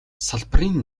салбарын